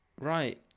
Right